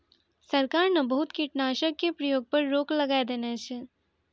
सरकार न बहुत कीटनाशक के प्रयोग पर रोक लगाय देने छै